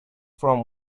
from